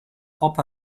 pop